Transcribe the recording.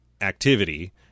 activity